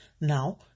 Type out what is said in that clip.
now